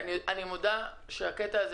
אני מודה שהקטע הזה,